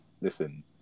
listen